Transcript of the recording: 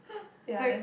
like